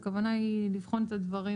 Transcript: הכוונה היא לבחון את הדברים